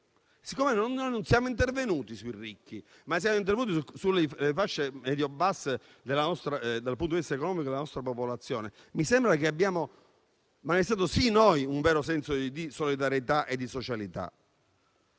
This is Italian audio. Siccome noi non siamo intervenuti sui ricchi, ma siamo intervenuti sulle fasce medio basse, dal punto di vista economico, della nostra popolazione, mi sembra che in tal modo abbiamo manifestato un vero senso di solidarietà e di socialità.